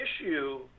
issue